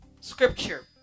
scripture